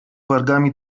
wargami